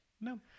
No